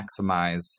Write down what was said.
maximize